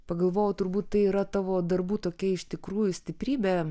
pagalvojau turbūt tai yra tavo darbų tokia iš tikrųjų stiprybė